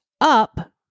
up